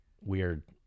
weird